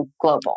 global